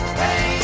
hey